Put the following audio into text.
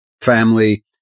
family